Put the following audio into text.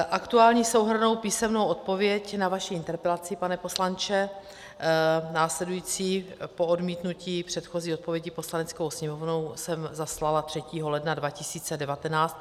Aktuální souhrnnou písemnou odpověď na vaši interpelaci, pane poslanče, následující po odmítnutí předchozí odpovědi Poslaneckou sněmovnou jsem zaslala 3. ledna 2019.